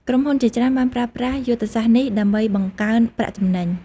ក្រុមហ៊ុនជាច្រើនបានប្រើប្រាស់យុទ្ធសាស្ត្រនេះដើម្បីបង្កើនប្រាក់ចំណេញ។